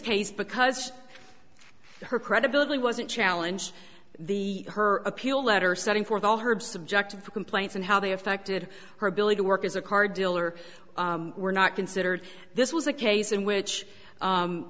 case because her credibility wasn't challenge the her appeal letter setting forth all her subjective complaints and how they affected her ability to work as a car dealer were not considered this was a case in which